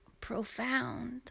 profound